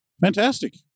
fantastic